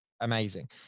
amazing